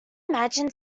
imagine